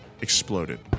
exploded